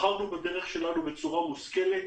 בחרנו בדרך שלנו בצורה מושכלת,